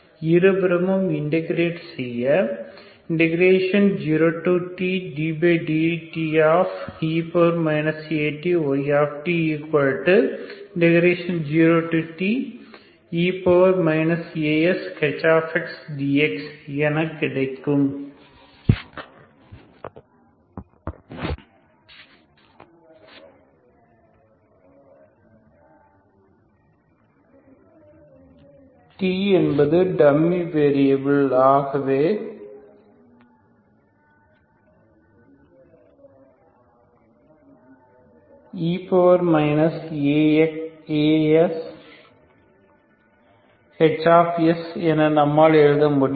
இருபுறமும் இண்டெகிரேட் செய்ய 0tddte Aty0te Ashds என கிடைக்கும் t என்பது டம்மி வெரியபில் ஆகவே e Ash என நம்மால் எழுத முடியும்